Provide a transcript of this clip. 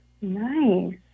nice